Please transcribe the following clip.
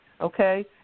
okay